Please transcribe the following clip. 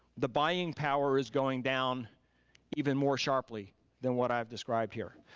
the buying power is going down even more sharply than what i've described here.